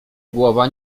głowa